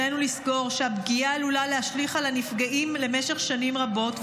עלינו לזכור שהפגיעה עלולה להשליך על הנפגעים למשך שנים רבות,